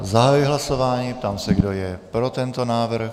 Zahajuji hlasování a ptám se, kdo je pro tento návrh.